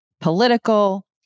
political